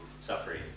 suffering